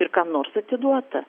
ir kam nors atiduota